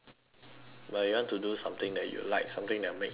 but you want to do something that you like something that will make you happy